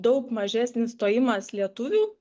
daug mažesnis stojimas lietuvių